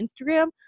Instagram